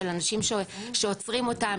של אנשים שעוצרים אותן,